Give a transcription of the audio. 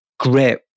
great